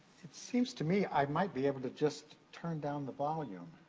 it seems to me, i might be able to just turn down the volume.